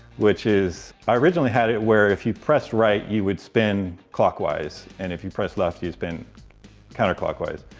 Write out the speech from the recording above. which is i originally had it where if you pressed right, you would spin clockwise. and if you pressed left, you'd spin counterclockwise.